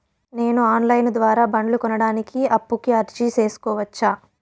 నేను online ద్వారా బండ్లు కొనడానికి అప్పుకి అర్జీ సేసుకోవచ్చా?